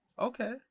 Okay